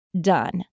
done